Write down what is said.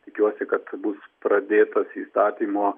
tikiuosi kad bus pradėtas įstatymo